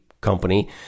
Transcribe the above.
company